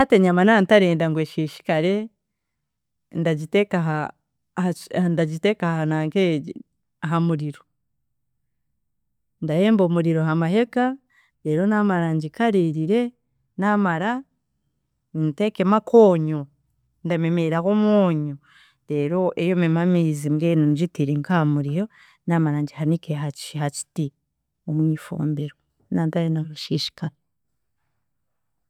Hati enyama na ntarenda ngu eshishikare ndagiteka ha- aha- ndagiteeka aha nankeegi, aha muriro, ndahemba omuriro ah’amahega reero naamara ngikariirire, naamara ntekemu akoonyo, ndamemeraho omwonyo reero eyomemu amiizi mbwenu ngitiire nk’ahamuriro naamara ngihanike haki hakiti omwifumbiro nantarenda ngu eshishikare.